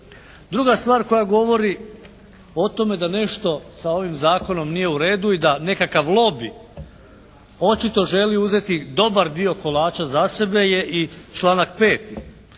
Druga stvar koja govori o tome da nešto sa ovim zakonom nije u redu i da nekakav lobi očito želi uzeti dobar dio kolača za sebe je i članak 5.